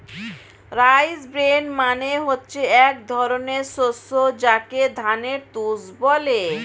rice bran মানে হচ্ছে এক ধরনের শস্য যাকে ধানের তুষ বলে